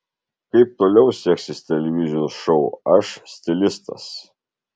kaip toliau seksis televizijos šou aš stilistas